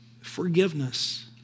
forgiveness